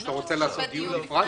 או שאתה רוצה לעשות על זה דיון נפרד?